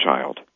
child